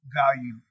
value